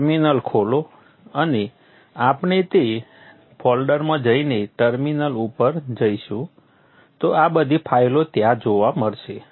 terminal ખોલો અને આપણે તે ફોલ્ડરમાં જઈને ટર્મિનલ ઉપર જઈશું તો આ બધી ફાઈલો ત્યાં જોવા મળશે